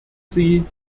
sie